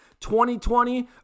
2020